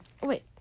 Wait